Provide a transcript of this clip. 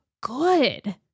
good